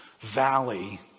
valley